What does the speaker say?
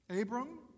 Abram